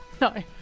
No